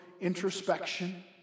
introspection